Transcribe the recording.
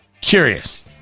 curious